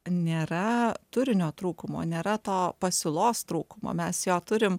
nėra turinio trūkumo nėra to pasiūlos trūkumo mes jo turim